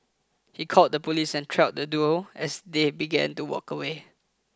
he called the police and trailed the duo as they began to walk away